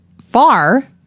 far